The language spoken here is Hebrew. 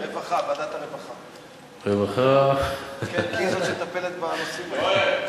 ועדת הרווחה, כי היא זו שמטפלת בנושאים האלה.